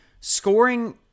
scoring